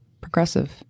progressive